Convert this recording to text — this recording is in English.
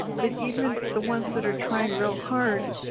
but even the ones that are trying real hard,